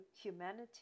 humanity